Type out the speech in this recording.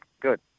Good